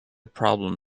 problem